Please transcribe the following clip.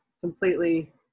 completely